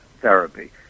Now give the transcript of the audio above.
therapy